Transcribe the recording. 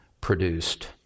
produced